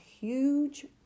huge